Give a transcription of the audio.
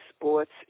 sports